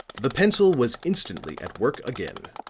the pencil was instantly at work again.